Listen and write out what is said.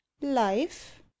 Life